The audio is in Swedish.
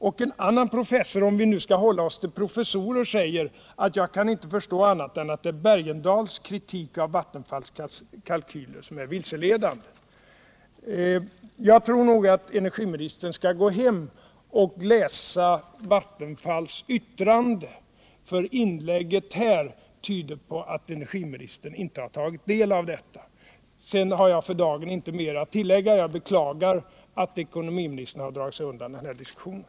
Och en annan professor — om vi nu skall hålla oss till professorer — säger att han inte kan förstå annat än att det är Bergendahls kritik av Vattenfalls kalkyler som är vilseledande. Jag tror att energiministern bör gå hem och läsa Vattenfalls yttrande, för hans inlägg här tyder på att han inte har tagit del av detta. Sedan har jag för dagen inte mer att tillägga. Jag beklagar att ekonomiministern har dragit sig undan den här diskussionen.